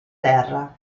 terra